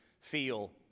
feel